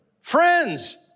friends